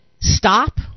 stop